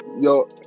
Yo